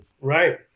Right